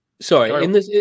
Sorry